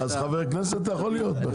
אז חבר כנסת אתה יכול להיות?